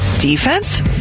Defense